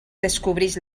descobreix